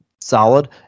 solid